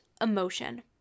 emotion